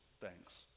thanks